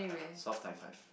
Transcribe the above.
soft high five